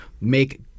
make